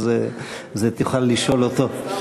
אז תוכל לשאול אותו.